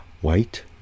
white